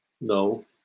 no